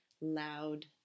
loud